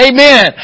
Amen